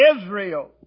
Israel